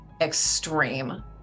extreme